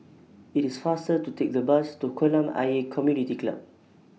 IT IS faster to Take The Bus to Kolam Ayer Community Club